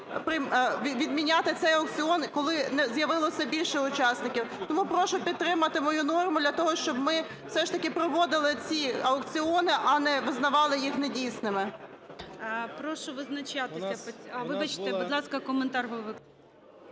відміняти цей аукціон, коли з'явилося більше учасників. Тому прошу підтримати мою норму для того, щоб ми все ж таки проводили ці аукціони, а не визнавали їх недійсними. ГОЛОВУЮЧИЙ. Прошу визначатися по… Вибачте. Будь ласка, коментар голови